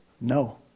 No